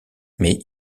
mais